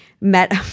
met